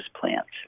plants